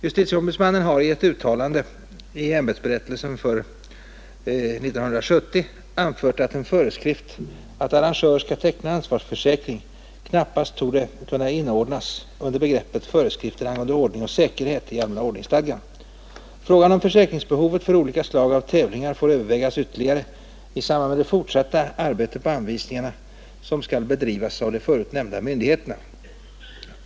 Justitieombudsmannen har i ett uttalande anfört att en föreskrift att arrangör skall teckna ansvarsförsäkring knappast torde kunna inordnas under begreppet föreskrifter angående ordning och säkerhet i allmänna ordningsstadgan. Frågan om försäkringsbehovet för olika slag av tävlingar får övervägas ytterligare i samband med det fortsatta arbete på anvisningarna som skall bedrivas av de förut nämnda myndigheterna.